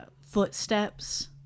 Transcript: footsteps